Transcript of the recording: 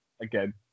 again